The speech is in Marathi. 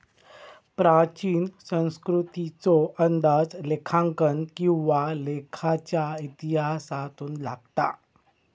प्राचीन संस्कृतीचो अंदाज लेखांकन किंवा लेखाच्या इतिहासातून लागता